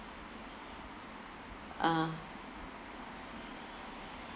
ah